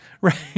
right